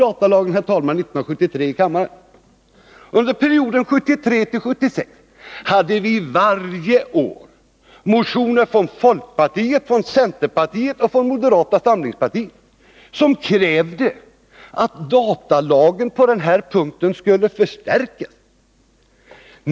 Under perioden 1973-1976 väcktes varje år motioner från folkpartiet, centerpartiet och moderata samlingspartiet i vilka krävdes att datalagen på denna punkt skulle förstärkas.